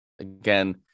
again